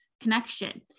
connection